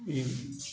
ఇ